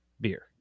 beer